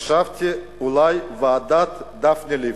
חשבתי אולי "ועדת דפני ליף".